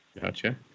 gotcha